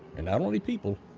and not only people,